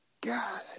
God